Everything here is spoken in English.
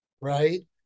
right –